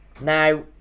Now